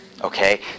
Okay